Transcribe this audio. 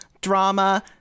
drama